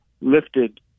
lifted